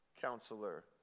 counselor